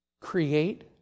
create